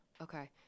okay